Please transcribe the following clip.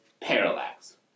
Parallax